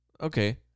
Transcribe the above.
Okay